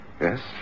Yes